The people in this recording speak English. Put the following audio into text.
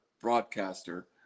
broadcaster